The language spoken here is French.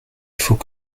faut